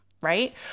right